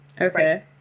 okay